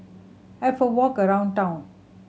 have a walk around town